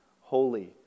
holy